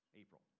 April